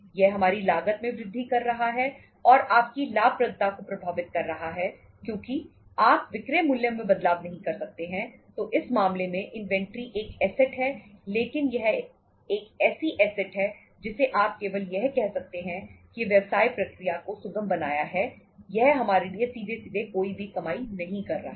यह हमारी लागत में वृद्धि कर रहा है और आपकी लाभप्रदता को प्रभावित कर रहा है क्योंकि आप विक्रय मूल्य में बदलाव नहीं कर सकते हैं तो इस मामले में इन्वेंट्री एक ऐसेट है लेकिन यह एक ऐसी ऐसेट है जिसे आप केवल यह कह सकते हैं कि व्यवसाय प्रक्रिया को सुगम बनाया है यह हमारे लिए सीधे सीधे कोई भी कमाई नहीं कर रहा है